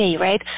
right